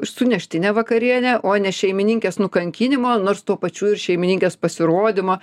suneštinė vakarienė o ne šeimininkės nukankinimo nors tuo pačiu ir šeimininkės pasirodymo